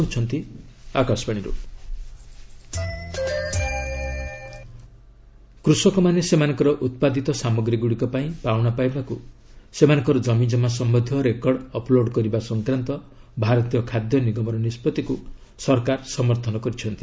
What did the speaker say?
ଗଭ୍ FCI କୃଷକମାନେ ସେମାନଙ୍କର ଉତ୍ପାଦିତ ସାମଗ୍ରୀଗୁଡ଼ିକ ପାଇଁ ପାଉଣା ପାଇବାକୁ ସେମାନଙ୍କର ଜମିଜମା ସମ୍ବନ୍ଧୀୟ ରେକର୍ଡ ଅପ୍ଲୋଡ଼ କରିବା ସଂକ୍ରାନ୍ତ ଭାରତୀୟ ଖାଦ୍ୟ ନିଗମର ନିଷ୍ପଭିକୁ ସରକାର ସମର୍ଥନ କରିଛନ୍ତି